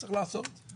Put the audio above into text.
צריך לעצור את זה,